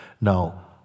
Now